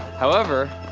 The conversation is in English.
however,